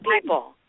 people